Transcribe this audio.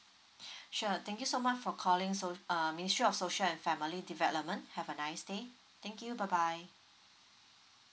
sure thank you so much for calling so err ministry of social and family development have a nice day thank you bye bye